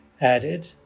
added